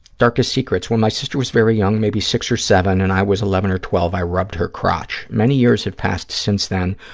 darkest secrets. when my sister was very young, maybe six or seven, and i was eleven or twelve, i rubbed her crotch. many years have passed since then,